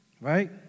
right